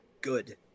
Good